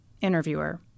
Interviewer